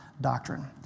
doctrine